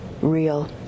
real